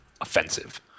offensive